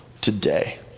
today